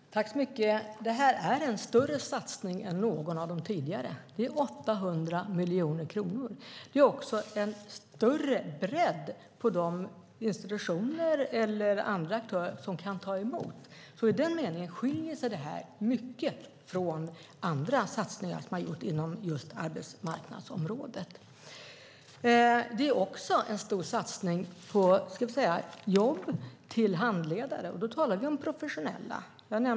Fru talman! Det här är en större satsning än någon av de tidigare. Den är på 800 miljoner kronor. Det är också en större bredd på de institutioner eller andra aktörer som kan ta emot människor. I den meningen skiljer sig detta mycket från andra satsningar som har gjorts på arbetsmarknadsområdet. Det är också en stor satsning på jobb som handledare, och då talar vi om professionella handledare.